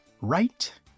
right